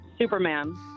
superman